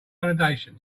validation